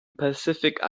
pacific